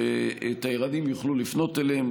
תיירנים יוכלו לפנות אליהם,